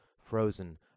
frozen